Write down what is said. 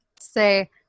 Say